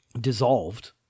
dissolved